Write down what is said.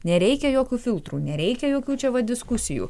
nereikia jokių filtrų nereikia jokių čia va diskusijų